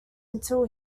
until